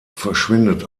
verschwindet